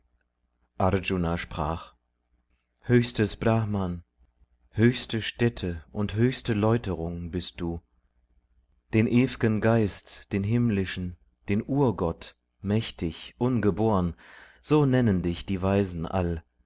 arjuna sprach höchstes brahman höchste stätte und höchste läuterung bist du den ew'gen geist den himmlischen den urgott mächtig ungebor'n so nennen dich die weisen all